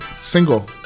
single